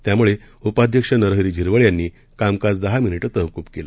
त्यामुळे उपाध्यक्ष नरहरी झिरवळ यांनी कामकाज दहा मिनिट तहकूब केलं